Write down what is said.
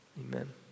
Amen